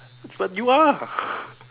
but you are